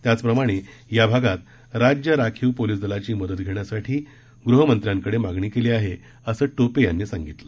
त्याचप्रमाणे या भागात राज्य राखीव पोलिस दलाची मदत घेण्यासाठी गृहमंत्र्यांकडे मागणी केली आहे असं टोपे यांनी सांगितलं